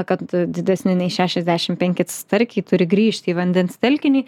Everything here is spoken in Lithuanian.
kad didesni nei šešiasdešimt penki starkiai turi grįžti į vandens telkinį